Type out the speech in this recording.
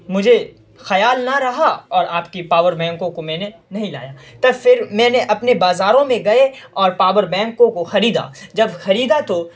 مجھے خیال نہ رہا اور آپ کی پاور بینکوں کو میں نے نہیں لایا تب پھر میں نے اپنے بازاروں میں گئے اور پاور بینکوں کو خریدا جب خریدا تو